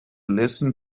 listen